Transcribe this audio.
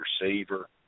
receiver